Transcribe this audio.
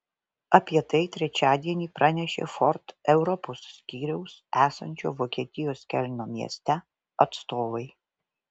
apie tai trečiadienį pranešė ford europos skyriaus esančio vokietijos kelno mieste atstovai